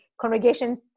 Congregation